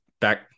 back